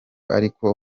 ariko